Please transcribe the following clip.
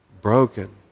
broken